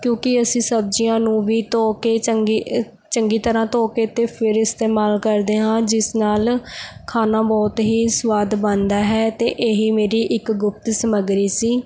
ਕਿਉਂਕਿ ਅਸੀਂ ਸਬਜ਼ੀਆਂ ਨੂੰ ਵੀ ਧੋ ਕੇ ਚੰਗੀ ਚੰਗੀ ਤਰ੍ਹਾਂ ਧੋ ਕੇ ਅਤੇ ਫਿਰ ਇਸਤੇਮਾਲ ਕਰਦੇ ਹਾਂ ਜਿਸ ਨਾਲ ਖਾਣਾ ਬਹੁਤ ਹੀ ਸਵਾਦ ਬਣਦਾ ਹੈ ਅਤੇ ਇਹੀ ਮੇਰੀ ਇੱਕ ਗੁਪਤ ਸਮੱਗਰੀ ਸੀ